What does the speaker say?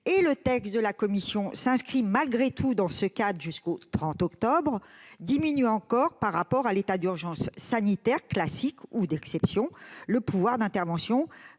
le texte de la commission s'inscrit, malgré tout, dans ce cadre jusqu'au 30 octobre -diminue encore, par rapport à l'état d'urgence sanitaire, classique ou d'exception, le pouvoir d'intervention